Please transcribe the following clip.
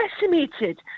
decimated